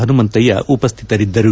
Hanumanthaiah ಉಪಸ್ತಿತರಿದ್ದರು